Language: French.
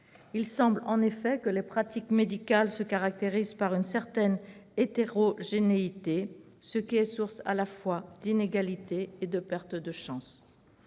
Il semble en effet que les pratiques médicales se caractérisent par une certaine hétérogénéité, ce qui est source à la fois d'inégalités et de pertes de chance.